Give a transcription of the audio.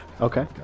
Okay